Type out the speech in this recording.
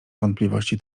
wątpliwości